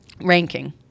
ranking